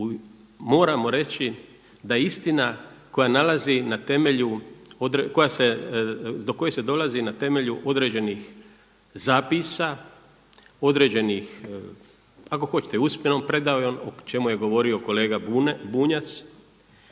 temelju, koja se, do koje se dolazi na temelju određenih zapisa, određenih, kako hoćete usmenom predajom o čemu je govorio kolega Bunjac.